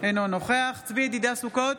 אינו נוכח צבי ידידיה סוכות,